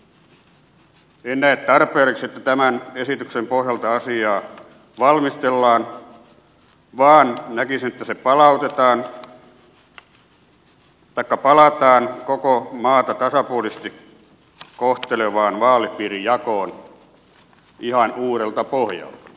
en näe tarpeelliseksi että tämän esityksen pohjalta asiaa valmistellaan vaan näkisin että palataan koko maata tasapuolisesti kohtelevaan vaalipiirijakoon ihan uudelta pohjalta